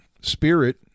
Spirit